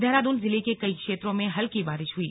देहरादून जिले के कई क्षेत्रों में हल्की बारिश हुई